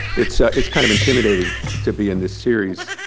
it's it's kind of intimidating to be in this series,